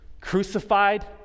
crucified